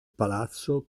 palazzo